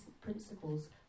principles